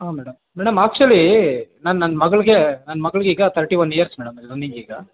ಹಾಂ madam madam actually ನಾನು ನನ್ನ ಮಗಳಿಗೆ ನನ್ನ ಮಗಳಿಗೀಗ thirty one years madam running ಈಗ